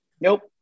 nope